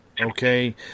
Okay